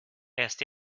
erst